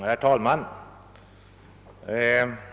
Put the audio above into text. Herr talman!